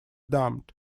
dammed